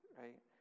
right